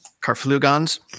Carflugons